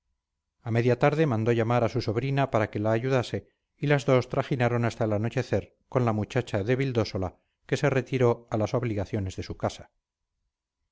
a media tarde mandó llamar a su sobrina para que la ayudase y las dos trajinaron hasta el anochecer con la muchacha de vildósola que se retiró a las obligaciones de su casa